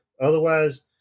Otherwise